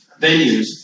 venues